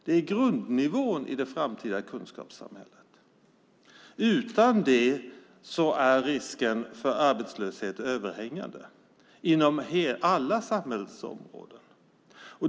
Det är grundnivån i det framtida kunskapssamhället. Utan detta är risken för arbetslöshet överhängande inom alla samhällsområden.